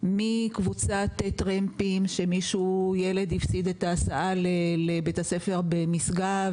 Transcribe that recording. מקבוצת טרמפים שילד הפסיד את ההסעה לבית הספר במשגב,